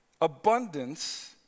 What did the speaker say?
abundance